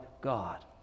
God